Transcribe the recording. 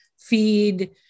feed